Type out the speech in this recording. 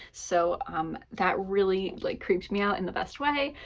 so that really, like, creeped me out in the best way.